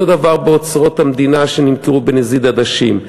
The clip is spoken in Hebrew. אותו דבר באוצרות המדינה, שנמכרו בנזיד עדשים.